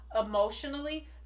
emotionally